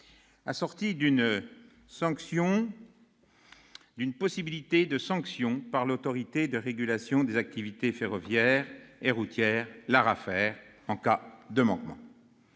assorti d'une possibilité de sanction par l'Autorité de régulation des activités ferroviaires et routières, l'ARAFER, en cas de manquement.